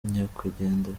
nyakwigendera